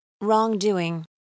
Wrongdoing